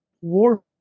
War